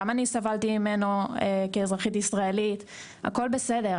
גם אני סבלתי ממנו כאזרחית ישראלית הכל בסדר,